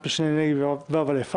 ועדת המשנה לענייני וא"א,